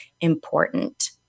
important